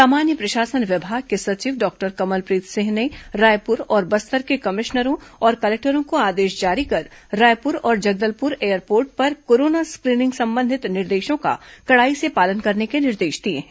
सामान्य प्रशासन विभाग के सचिव डॉक्टर कमलप्रीत सिंह ने रायपुर और बस्तर के कमिश्नरों और कलेक्टरों को आदेश जारी कर रायपुर औरं जगदलपुर एयरपोर्ट पर कोरोना स्क्रीनिंग संबंधित निर्देशों का कड़ाई से पालन करने के निर्देश दिए हैं